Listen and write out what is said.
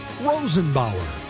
Rosenbauer